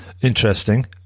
Interesting